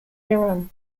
iran